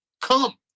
come